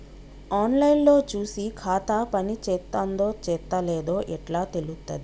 On line లో చూసి ఖాతా పనిచేత్తందో చేత్తలేదో ఎట్లా తెలుత్తది?